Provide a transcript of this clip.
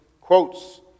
quotes